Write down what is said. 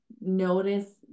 notice